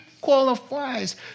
qualifies